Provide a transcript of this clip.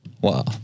Wow